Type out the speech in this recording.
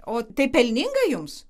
o tai pelninga jums